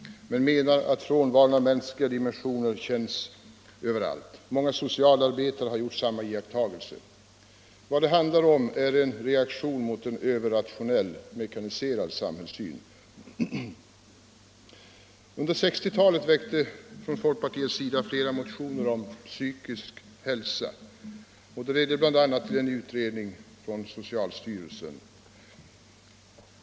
men menar att frånvaron av mänskliga dimensioner känns överallt. Många socialarbetare har gjort samma iakttagelse. Vad det handlar om är en reaktion mot en överrationell, mekaniserad samhällssyn. Under 1960-talet väckte folkpartiet flera motioner om psykisk hälsa som bl.a. ledde till en utredning från socialstyrelsen.